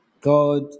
God